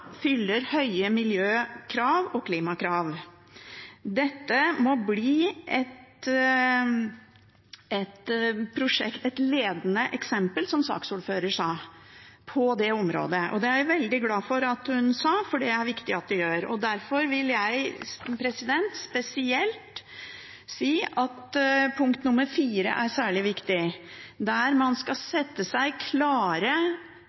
fyller høye miljø- og klimakrav. Det må bli et ledende eksempel, som saksordføreren sa, på dette området. Det er jeg veldig glad for at hun sa, for det er viktig. Derfor vil jeg spesielt si at punkt nummer fire er særlig viktig – der man skal sette seg klare